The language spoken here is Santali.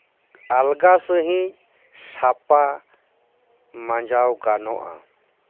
ᱟᱞᱜᱟ ᱥᱟᱹᱦᱤᱡ ᱥᱟᱯᱟ ᱢᱟᱸᱡᱟᱣ ᱜᱟᱱᱚᱜᱼᱟ